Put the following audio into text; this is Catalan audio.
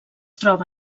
troba